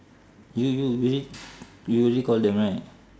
you you already you already call them right